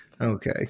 okay